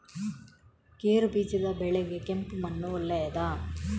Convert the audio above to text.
ಗೇರುಬೀಜದ ಬೆಳೆಗೆ ಕೆಂಪು ಮಣ್ಣು ಒಳ್ಳೆಯದಾ?